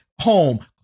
home